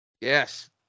Yes